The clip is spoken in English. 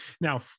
Now